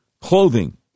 clothing